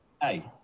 Hey